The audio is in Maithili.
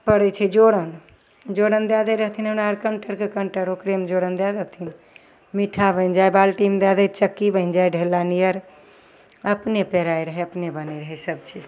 पड़ै छै जोरन जोरन दै दै रहथिन हमरा आओर कण्टरके कण्टर ओकरेमे जोरन दै देथिन मिठा बनि जाइ बाल्टीमे दै जाइ चक्की बनि जाइ ढेला नियर अपने पेराइ रहै अपने बनै रहै सबचीज